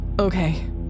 Okay